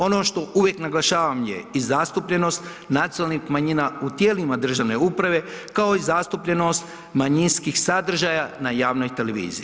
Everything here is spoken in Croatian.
Ono što uvijek naglašavan je i zastupljenost nacionalnih manjina u tijelima državne uprave, kao i zastupljenost manjinskih sadržaja na javnoj televiziji.